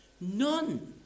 None